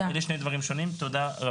אלה שני דברים שונים, תודה רבה.